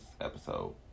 episode